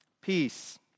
Peace